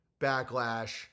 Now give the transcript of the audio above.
backlash